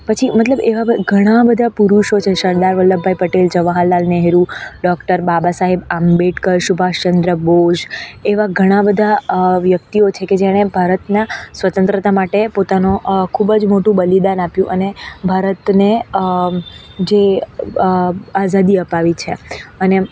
પછી મતલબ એવા ઘણા બધા પુરુષો છે સરદાર વલ્લભભાઈ પટેલ જવાહરલાલ નહેરુ ડોક્ટર બાબા સાહેબ આંબેડકર સુભાષચંદ્ર બોઝ એવા ઘણા બધા વ્યક્તિઓ છે કે જેણે ભારતના સ્વતંત્રતા માટે પોતાનો ખૂબ જ મોટું બલિદાન આપ્યું અને ભારતને જે આઝાદી અપાવી છે અને